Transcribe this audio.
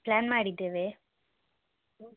plan ಮಾಡಿದ್ದೇವೆ